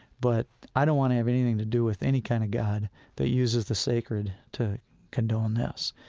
but i don't want to have anything to do with any kind of god that uses the sacred to condone this.